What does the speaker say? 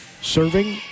Serving